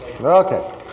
Okay